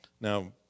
Now